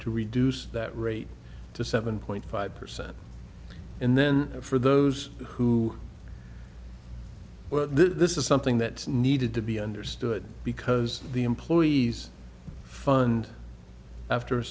to reduce that rate to seven point five percent and then for those who were this is something that needed to be understood because the employees fund after a